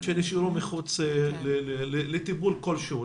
שנשארו מחוץ לטיפול כלשהו,